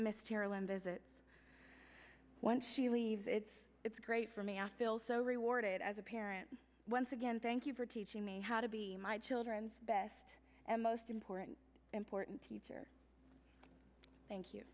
mysterio and visit when she leaves it's it's great for me ask bill so rewarded as a parent once again thank you for teaching me how to be my children's best and most important important teacher thank you